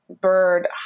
bird